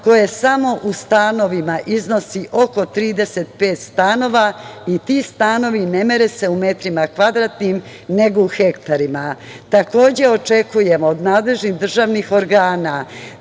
koje samo u stanovima iznosi oko 35 stanova i ti stanovi ne mere se u metrima kvadratnim, nego u hektarima. Takođe, očekujemo od nadležnih državnih organa